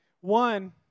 One